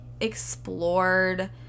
explored